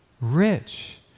rich